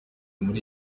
muri